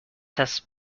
has